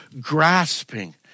grasping